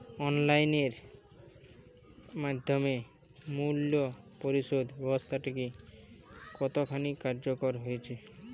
Online এর মাধ্যমে মূল্য পরিশোধ ব্যাবস্থাটি কতখানি কার্যকর হয়েচে?